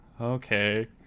okay